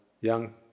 young